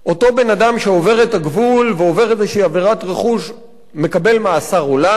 אותו בן-אדם שעובר את הגבול ועובר איזו עבירת רכוש מקבל מאסר עולם.